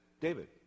David